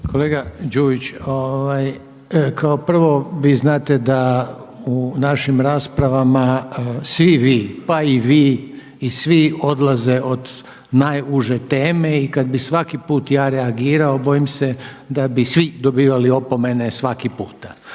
Kolega Đujić, prvo, vi znate da u našim raspravama svi vi, pa i vi i svi odlaze od najuže teme i kada bih svaki put ja reagirao bojim se da bi svi dobivali opomene svaki puta.